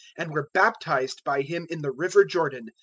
and were baptized by him in the river jordan,